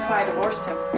i divorced him.